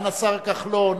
השר כחלון,